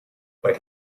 but